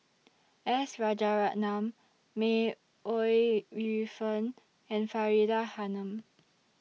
S Rajaratnam May Ooi Yu Fen and Faridah Hanum